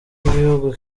y’ibihugu